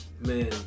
man